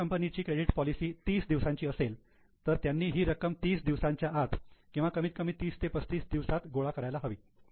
समजा कंपनीची credit policy 30 दिवसांची असेल तर त्यांनी ही रक्कम 30 दिवसांच्या आत किंवा कमीत कमी 30 ते 35 दिवसांमध्ये गोळा करायला हवी